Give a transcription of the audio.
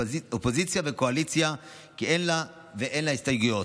אופוזיציה וקואליציה, ואין לה הסתייגויות.